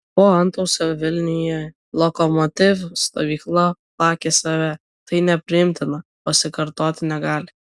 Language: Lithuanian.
po antausio vilniuje lokomotiv stovykla plakė save tai nepriimtina pasikartoti negali